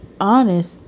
honest